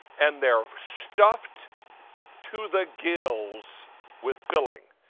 and they are stuffed to the gills with filling.